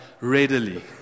readily